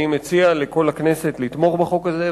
אני מציע לכל הכנסת לתמוך בחוק הזה,